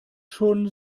schon